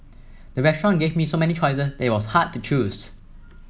the restaurant gave so many choices that it was hard to choose